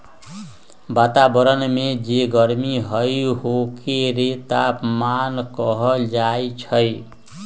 वतावरन में जे गरमी हई ओकरे तापमान कहल जाई छई